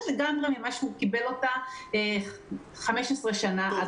לגמרי ממה שהוא היה רגיל לקבל אותה במשך 15 שנים.